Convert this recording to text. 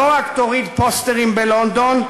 לא רק תוריד פוסטרים בלונדון,